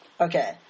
Okay